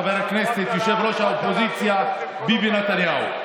חבר הכנסת וראש האופוזיציה ביבי נתניהו.